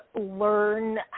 learn